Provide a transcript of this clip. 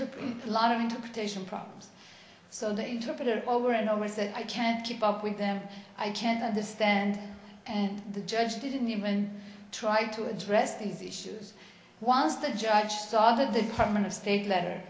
took a lot of interpretation problems so the interpreter over and over is that i can't keep up with them i can't understand and the judge didn't even try to address these issues once the judge started the department of state letter